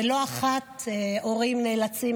ולא אחת הורים נאלצים,